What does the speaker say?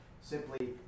simply